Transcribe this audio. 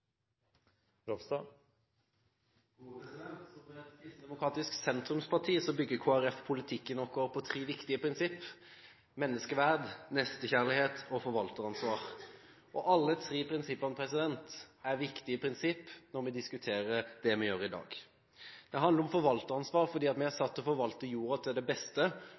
omme. Som et kristendemokratisk sentrumsparti bygger Kristelig Folkeparti politikken sin på tre viktige prinsipper: menneskeverd, nestekjærlighet og forvalteransvar. Alle tre er viktige prinsipper når vi diskuterer det vi gjør i dag. Det handler om forvalteransvar fordi vi er satt til å forvalte jorden til beste for denne generasjonen og for kommende generasjoner. Som bonden så fint sier det: